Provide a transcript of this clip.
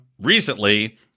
recently